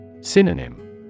Synonym